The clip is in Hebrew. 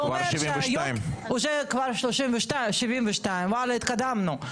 כבר 72. ואללה, התקדמנו.